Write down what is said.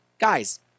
guys